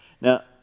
Now